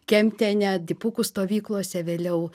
kemptene dipukų stovyklose vėliau